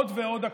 עוד ועוד הקלות?